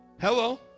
Hello